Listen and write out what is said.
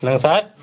என்னங்க சார்